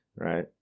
right